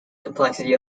complexity